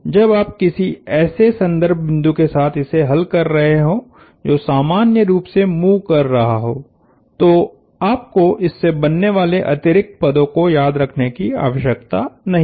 जब आप किसी ऐसे संदर्भ बिंदु के साथ इसे हल कर रहे हों जो सामान्य रूप से मूव कर रहा हो तो आपको इससे बनने वाले अतिरिक्त पदों को याद रखने की आवश्यकता नहीं है